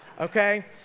Okay